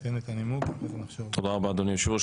תודה רבה אדוני היושב-ראש.